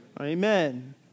Amen